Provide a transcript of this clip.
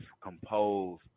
compose